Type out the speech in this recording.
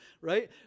right